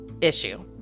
issue